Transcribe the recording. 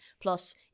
plus